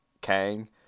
Kang